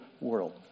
world